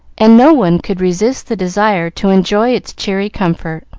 and no one could resist the desire to enjoy its cheery comfort.